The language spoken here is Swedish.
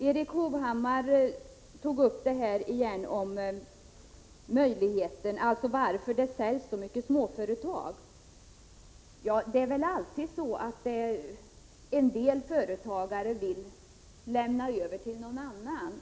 Erik Hovhammar tog åter upp frågan om varför det säljs så många småföretag. Det är väl alltid så att en del företagare vill lämna över till någon annan.